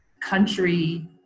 country